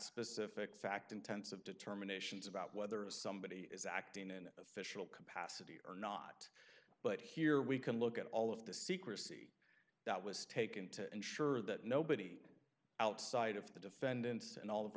specific fact intensive determinations about whether somebody is acting in official capacity or not but here we can look at all of the secrecy that was taken to ensure that nobody outside of the defendants and all of